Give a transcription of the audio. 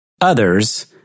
others